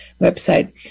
website